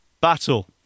Battle